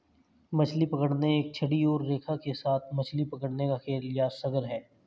मछली पकड़ना एक छड़ी और रेखा के साथ मछली पकड़ने का खेल या शगल है